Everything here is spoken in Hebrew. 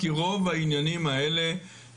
כי רוב הדברים האלה,